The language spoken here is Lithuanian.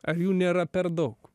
ar jų nėra per daug